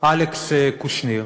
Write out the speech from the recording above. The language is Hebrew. אלכס קושניר.